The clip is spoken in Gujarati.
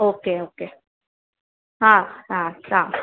ઓકે ઓકે હા હા હા